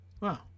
Wow